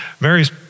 Mary's